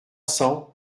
cents